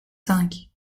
cinq